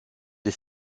des